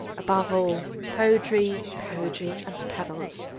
above all, poetry, poetry and pedals.